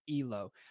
Elo